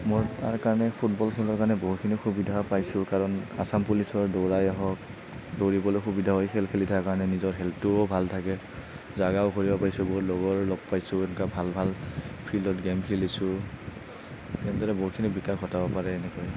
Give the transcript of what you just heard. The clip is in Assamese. মই তাৰ কাৰণে ফুটবল খেলাৰ কাৰণে বহুতখিনি সুবিধা পাইছোঁ কাৰণ আচাম পুলিচৰ দৌৰাই হওঁক দৌৰিবলৈ সুবিধাও হয় খেল খেলি থকাৰ কাৰণে নিজৰ হেল্থটোও ভাল থাকে জাগাও ঘূৰিব পাইছোঁ বহুত লগৰ লগ পাইছোঁ এনেকুৱা ভাল ভাল ফিল্ডত গেম খেলিছোঁ তেনেদৰে বহুতখিনি বিকাশ ঘটাব পাৰে এনেকৈ